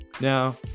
Now